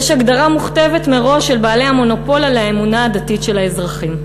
יש הגדרה מוכתבת מראש של בעלי המונופול על האמונה הדתית של האזרחים?